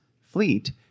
fleet